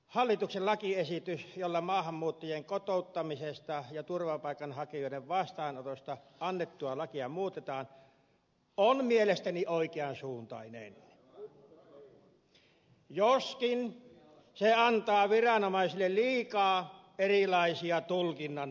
hallituksen lakiesitys jolla maahanmuuttajien kotouttamisesta ja turvapaikanhakijoiden vastaanotosta annettua lakia muutetaan on mielestäni oikean suuntainen joskin se antaa viranomaisille liikaa erilaisia tulkinnan mahdollisuuksia